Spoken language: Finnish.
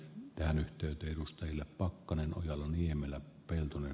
tähän yhtynyt edustajille pakkanen ojala niemelä peltonen